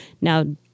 Now